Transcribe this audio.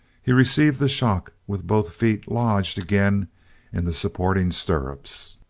he received the shock with both feet lodged again in the supporting stirrups.